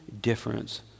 difference